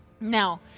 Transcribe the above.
Now